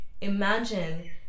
imagine